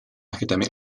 academic